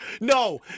No